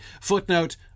Footnote